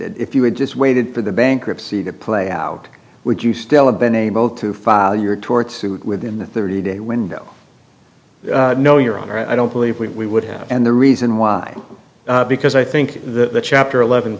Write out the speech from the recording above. lifted if you would just waited for the bankruptcy to play out would you still have been able to file your tort suit within the thirty day window no your honor i don't believe we would have and the reason why because i think the chapter eleven